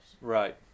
Right